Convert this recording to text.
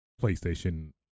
PlayStation